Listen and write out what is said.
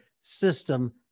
system